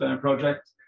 project